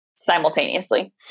simultaneously